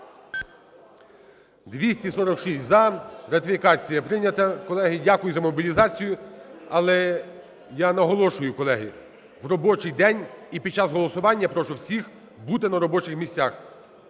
За-246 Ратифікація прийнята, колеги. Дякую за мобілізацію. Але я наголошую, колеги, в робочий день і під час голосування я прошу всіх бути на робочих місцях.